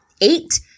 eight